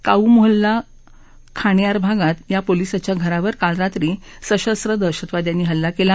काऊ मोहल्ला खाण्यार भागात या पोलिसाच्या घरावर काल रात्री सशस्त्र दहशतवाद्यानी हल्ला केला